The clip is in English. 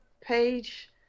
page